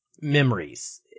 memories